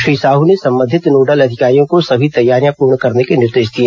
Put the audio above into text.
श्री साहू ने संबंधित नोडल अधिकारियों को सभी तैयारियां पूर्ण करने के निर्देश दिए